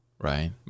right